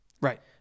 Right